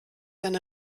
seine